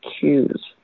cues